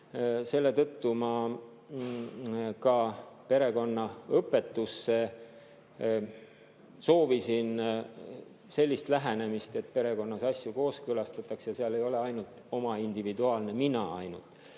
selle tõttu ma ka perekonnaõpetusse soovisin sellist lähenemist, et perekonnas asju kooskõlastatakse ja seal ei ole oma individuaalne mina ainult.